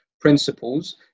principles